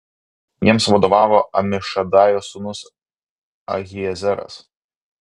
jiems vadovavo amišadajo sūnus ahiezeras